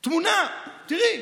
תמונה, תראי,